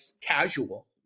casual